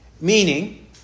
meaning